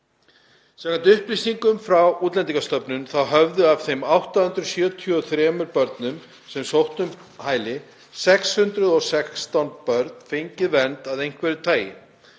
upplýsingum frá Útlendingastofnun höfðu, af þeim 873 börnum sem sóttu um hæli, 616 börn fengið vernd af einhverju tagi,